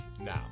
now